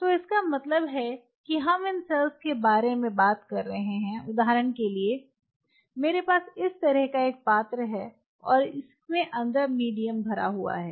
तो इसका मतलब है कि हम इन सेल्स के बारे में बात कर रहे हैं उदाहरण के लिए मेरे पास इस तरह का एक पात्र है और इसमें अंदर मीडियम भरा हुआ है